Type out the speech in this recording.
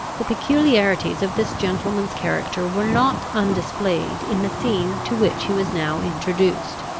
the peculiarities of this gentleman's character were not undisplayed in the scene to which he was now introduced.